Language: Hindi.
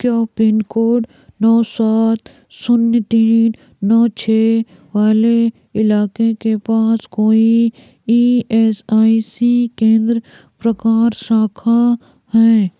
क्या पिन कोड नौ सात शून्य तीन नौ छः वाले इलाक़े के पास कोई ई एस आई सी केंद्र प्रकार शाखा हैं